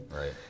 Right